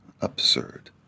Absurd